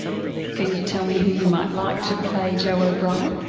can you tell me who you might like to play joe o'brien?